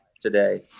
today